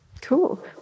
cool